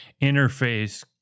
interface